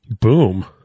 Boom